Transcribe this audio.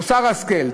מוסר השכל.